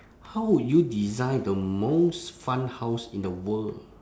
how would you design the most fun house in the world